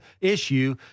issue